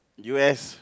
U S